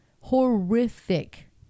horrific